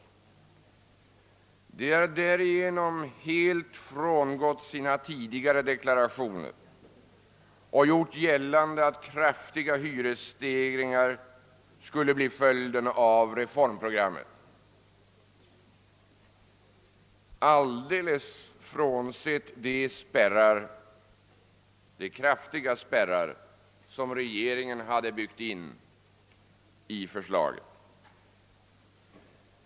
De har där igenom helt frångått sina tidigare deklarationer och gjort gällande att kraftiga hyreshöjningar skulle bli följden av reformprogrammet alldeles oavsett de kraftiga spärrar som regeringen hade byggt in i förslaget.